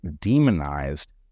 demonized